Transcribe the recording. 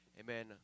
Amen